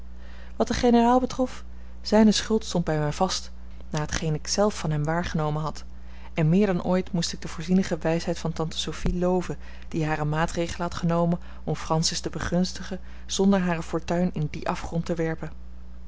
wat den generaal betrof zijne schuld stond bij mij vast na t geen ik zelf van hem waargenomen had en meer dan ooit moest ik de voorzienige wijsheid van tante sophie loven die hare maatregelen had genomen om francis te begunstigen zonder hare fortuin in dien afgrond te werpen